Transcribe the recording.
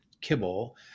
kibble